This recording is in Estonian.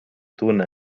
tunne